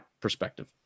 perspective